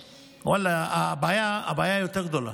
ואללה, הבעיה יותר גדולה.